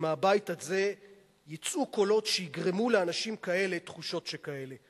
שמהבית הזה יצאו קולות שיגרמו לאנשים כאלה תחושות שכאלה.